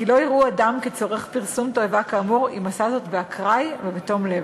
כי לא יראו אדם כצורך פרסום תועבה כאמור אם עשה זאת באקראי ובתום לב.